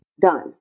done